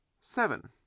Seven